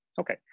Okay